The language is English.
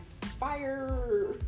fire